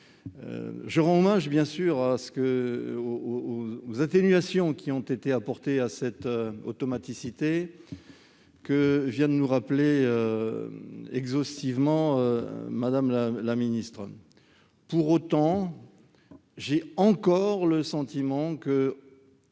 Je rends hommage aux atténuations apportées à cette automaticité, que vient de nous rappeler exhaustivement Mme la ministre. Pour autant, j'ai le sentiment qu'en